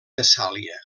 tessàlia